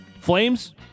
Flames